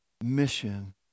mission